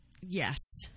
yes